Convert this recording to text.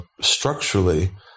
Structurally